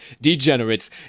degenerates